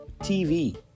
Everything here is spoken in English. TV